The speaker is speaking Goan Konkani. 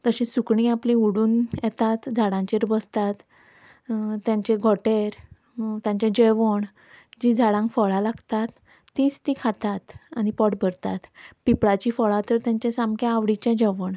तशींच सुकणीं आपलीं उडून येतात झाडांचेर बसतात तांचें घोंटेर तांचें जेवण जीं झाडांक फळां लागतात तींच तीं खातात आनी पोठ भरतात पिपळांची फळां तर तेंचें सामकें आवडिचें जेवण